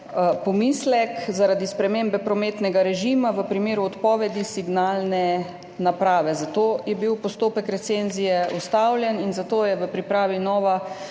pomislek zaradi spremembe prometnega režima v primeru odpovedi signalne naprave. Zato je bil postopek recenzije ustavljen in zato je v pripravi nova